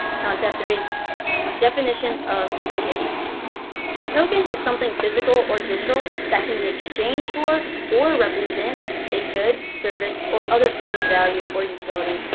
concept three definition of tokens a token is something physical or digital that can be exchanged for or represent a good, service, or other form of value or utility.